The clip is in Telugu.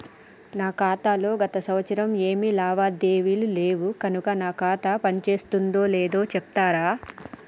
నా ఖాతా లో గత సంవత్సరం ఏమి లావాదేవీలు లేవు కనుక నా ఖాతా పని చేస్తుందో లేదో చెప్తరా?